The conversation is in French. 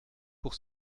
pour